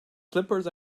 slippers